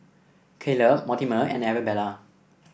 Caleb Mortimer and Arabella